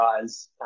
guys